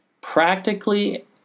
practically